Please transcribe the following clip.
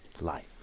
Life